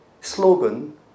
slogan